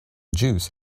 juice